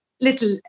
little